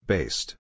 Based